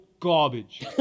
garbage